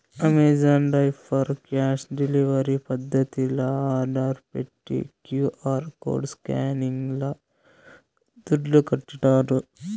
Amazon diaper cash delivery పద్దతిల order పెట్టి QR code స్కానింగ్ల దుడ్లుకట్టినాను